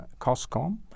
Coscom